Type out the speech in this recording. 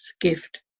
gift